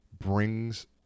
brings